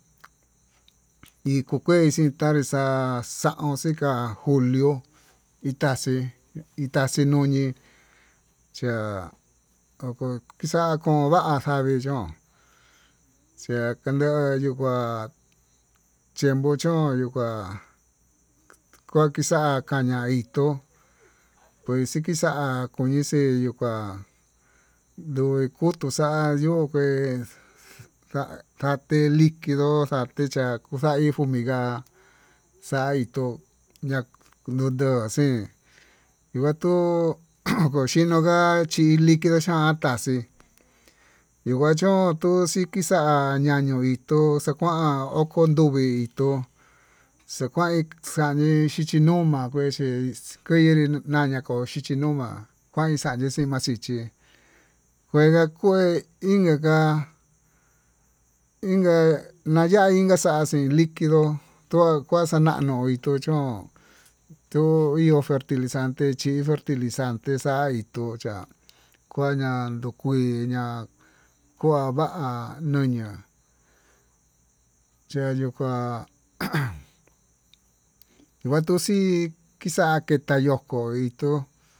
Ikokuexi tanri xa'a xaun xika julio itaxii, itaxii nuñii cha'a oko xa'a kovanja eyon xakan ndeyó ngua yenkon cha'a yo'ó ngua nguakixa kaña hí toó kue xikixa'á, koñixe yuu kuá ndoi kutuu xa'a yo'o kué xa'a kate liquido xa'á echa kuu xa'a fumigá xaitó yondo xua xii kuatuu kuxinonga chí ilii kichantax tii chikuatón tuu xikii ña'a ñaño'o ito'ó, njuan oko ndongui tuu xakuan xañee xhichí nuu ma'a kuexix kuiya ko'o nama xhichí nuu ma'a kuain ixaña xima'a xichí, kuega kué inka, inka naya'í xaxi liquido tua kua xananuu itó chón to'o ihó fertilizanté chí fertilizante cha'a ituu chá kuaña kui ma'a kuá va'a, nuu ña'a cha'a yo'o kuá ajan kua tuu xii kixaké itayo njoi tuu.